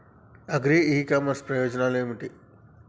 Agri e commerce ప్రయోజనాలు ఏమిటి?